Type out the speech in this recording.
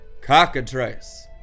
cockatrice